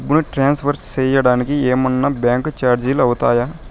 డబ్బును ట్రాన్స్ఫర్ సేయడానికి ఏమన్నా బ్యాంకు చార్జీలు అవుతాయా?